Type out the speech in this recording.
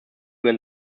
when